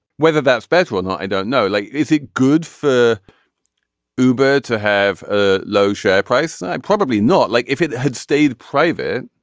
whether that's better or not i don't know. like is it good for bluebird to have a low share price. and probably not. like if it had stayed private.